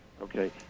Okay